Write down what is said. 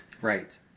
Right